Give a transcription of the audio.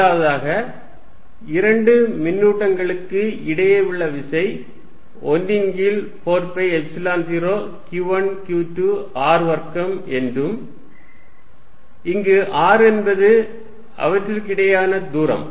முதலாவதாக இரண்டு மின்னூட்டங்களுக்கு இடையே உள்ள விசை 1 ன் கீழ் 4 pi epsilon 0 q1 q2 r வர்க்கம் என்றும் இங்கு r என்பது அவற்றுக்கிடையேயான தூரம்